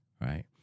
right